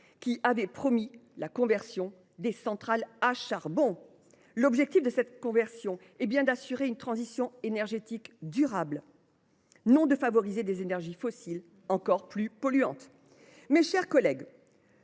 qui avait promis la conversion des centrales à charbon. L’objectif de cette conversion est bien d’assurer une transition énergétique durable, non de favoriser des énergies fossiles encore plus polluantes. Mes chers collègues,